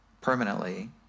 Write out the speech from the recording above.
permanently